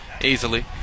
easily